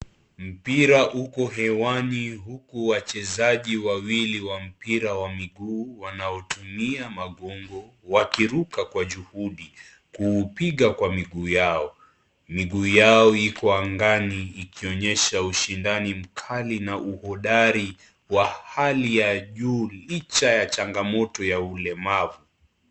Mpira uko hewani huku wachezaji wawili wa mpira wa miguu wanaotumia magongo wakiruka kwa juhudi kuupiga kwa miguu yao. Miguu yao iko angani ikionyesha ushindani mkali na uhondari wa hali ya juu licha ya changamoto ya ulemavu.